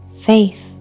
faith